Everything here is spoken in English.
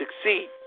succeed